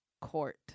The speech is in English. court